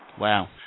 Wow